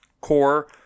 core